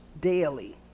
daily